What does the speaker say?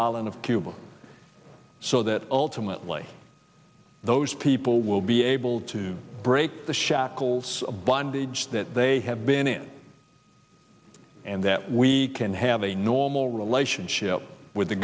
island of cuba so that ultimately those people will be able to break the shackles of bondage that they have been in and that we can have a normal relationship with the